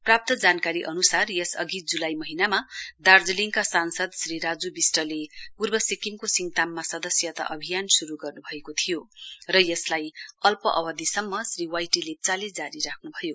प्राप्त जानकारी अनुसार यसअधि जुलाई महीनामा दार्जीलिङका सांसद श्री राज् विस्टले पूर्व सिक्किमको सिडताममा सदस्यता अभियान शुरू गर्न् भएको थियो र यसलाई अल्प अवधिसम्म श्री वाईटी लेप्चाले जारी राख्नु भयो